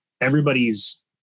everybody's